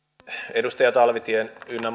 edustaja talvitien ynnä